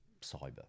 cyber